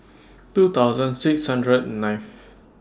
two thousand six hundred and ninth